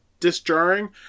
disjarring